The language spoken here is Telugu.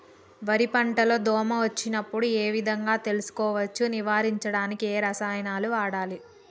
వరి పంట లో దోమ వచ్చినప్పుడు ఏ విధంగా తెలుసుకోవచ్చు? నివారించడానికి ఏ రసాయనాలు వాడాలి?